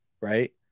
Right